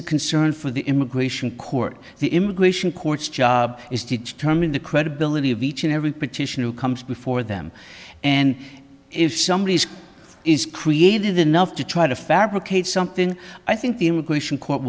a concern for the immigration court the immigration court's job is to determine the credibility of each and every petition who comes before them and if somebody is created enough to try to fabricate something i think the immigration